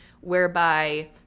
whereby